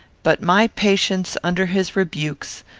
but my patience under his rebukes,